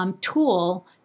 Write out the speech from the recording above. tool